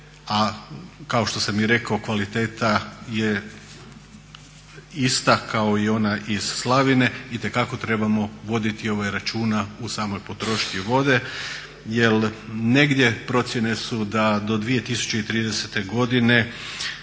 a kao što sam i rekao kvaliteta je ista kao i ona iz slavine itekako trebamo voditi računa u samoj potrošnji vode. Jer negdje procjene su da do 2030. godine